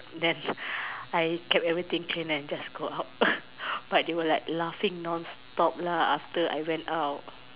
then I kept everything and I went out but they were laughing non stop after I went out